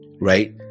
right